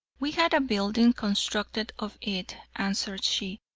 we had a building constructed of it, answered she.